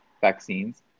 vaccines